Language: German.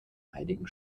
einigen